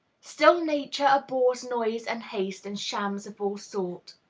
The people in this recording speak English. still nature abhors noise and haste, and shams of all sorts.